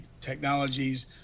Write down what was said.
technologies